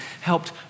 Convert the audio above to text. helped